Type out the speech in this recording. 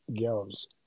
girls